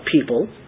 people